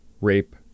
rape